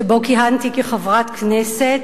שבו כיהנתי כחברת כנסת.